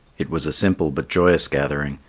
it was a simple but joyous gathering,